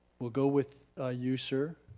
we'll go with ah you sir,